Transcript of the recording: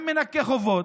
גם מנקה חובות.